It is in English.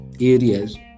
areas